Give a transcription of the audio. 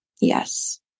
yes